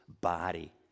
body